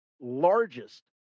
largest